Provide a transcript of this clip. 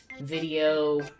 video